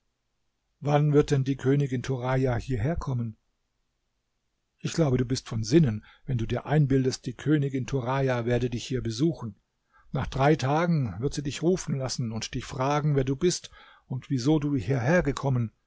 wann wird denn die königin turaja hierherkommen ich glaube du bist von sinnen wenn du dir einbildest die königin turaja werde dich hier besuchen nach drei tagen wird sie dich rufen lassen und dich fragen wer du bist und wieso du hierher gekommen